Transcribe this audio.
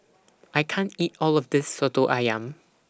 I can't eat All of This Soto Ayam